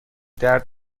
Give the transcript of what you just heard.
درد